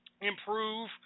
improve